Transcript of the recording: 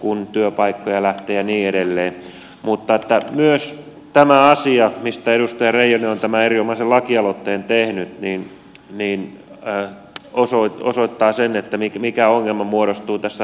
kun työpaikkoja lähtee niin edelleen mutta myös tämä asia mistä edustaja reijonen on tämän erinomaisen lakialoitteen tehnyt osoittaa sen mikä ongelma muodostuu tässä asuntokaupassa